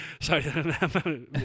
Sorry